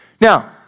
Now